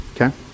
Okay